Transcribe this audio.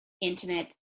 intimate